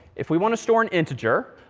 if we want to store an integer.